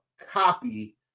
copy